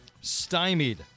stymied